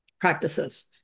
practices